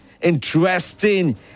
interesting